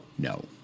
No